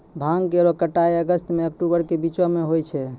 भांग केरो कटाई अगस्त सें अक्टूबर के बीचो म होय छै